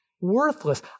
Worthless